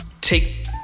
take